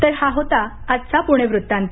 तर हा होता आजचा पुणे वृत्तांत